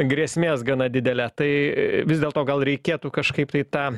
grėsmės gana didele tai vis dėlto gal reikėtų kažkaip tai tą